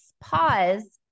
pause